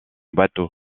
bateau